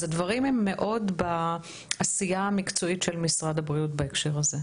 אז הדברים הם מאוד בעשייה המקצועית של משרד הבריאות בהקשר הזה.